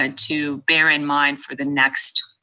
and to bear in mind for the next,